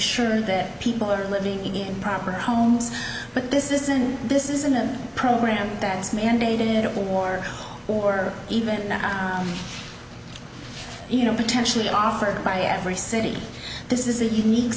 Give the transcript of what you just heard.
sure that people are living in proper homes but this isn't this isn't a program that is mandated at the war or even you know potentially offered by every city this is a unique